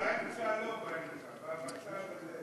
באמצע, לא באמצע, בצד הזה.